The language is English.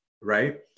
Right